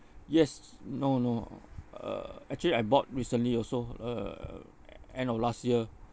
yes no no uh actually I bought recently also uh e~ end of last year